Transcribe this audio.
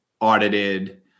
audited